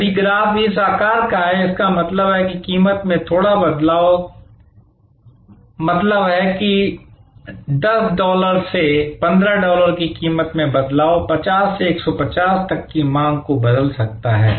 यदि ग्राफ इस आकार का है इसका मतलब है कि कीमत में थोड़ा बदलाव मतलब है कि 10 डॉलर से 15 डॉलर की कीमत में बदलाव 50 से 150 तक की मांग को बदल सकता है